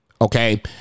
Okay